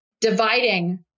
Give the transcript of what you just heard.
dividing